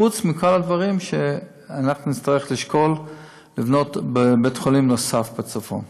וחוץ מכל הדברים אנחנו נצטרך לשקול לבנות בית-חולים נוסף בצפון.